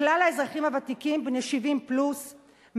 לכלל האזרחים הוותיקים בני 70 פלוס,